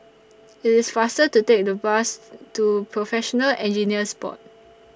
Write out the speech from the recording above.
IT IS faster to Take The Bus to Professional Engineers Board